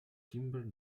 timber